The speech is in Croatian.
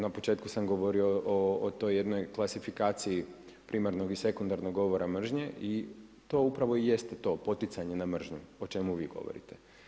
Na početku sam govorio o toj jednoj klasifikaciji primarnog i sekundarnog govora mržnje i to upravo i jeste to poticanje na mržnju o čemu vi govorite.